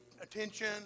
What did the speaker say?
attention